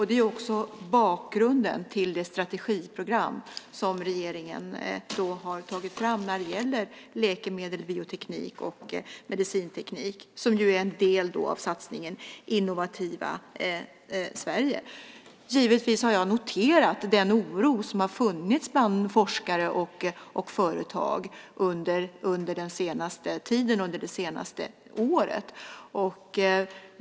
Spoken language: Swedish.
Det är också bakgrunden till det strategiprogram som regeringen har tagit fram när det gäller läkemedel, bioteknik och medicinteknik. Det är ju en del av satsningen Innovativa Sverige. Givetvis har jag noterat den oro som har funnits bland forskare och företag under den senaste tiden och det senaste året.